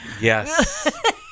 Yes